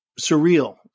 surreal